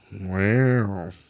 Wow